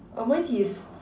oh mine he's